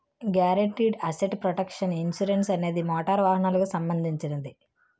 guaranteed asset protection insurance అనేది motor వాహనాలకు సంబంధించినది